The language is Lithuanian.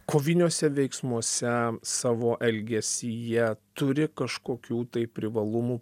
koviniuose veiksmuose savo elgesyje turi kažkokių tai privalumų